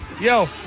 Yo